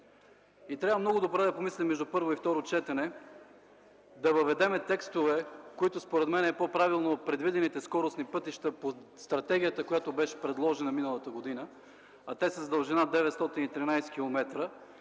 Трябва много добре да помислим между първо и второ четене – да въведем текстове, които според мен са по-правилни в предвидените скоростни пътища по стратегията, която беше предложена миналата година, а те са с дължина 913 км,